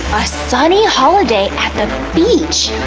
a sunny holiday at the beach.